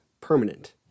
permanent